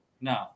no